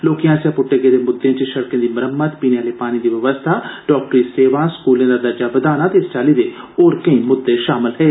लोकें आस्सेआ पुट्टे गेदे मुद्दे च सड़कें दी मरम्मत पीने आले पानी दी व्यवस्था डाक्टरी सेवा स्कूलें दा दर्जा बधाना ते इस चाल्ली दे होर दुए मुद्दे शामल हे